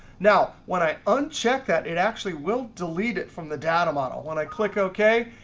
now when i uncheck that, it actually will delete it from the data model. when i click ok,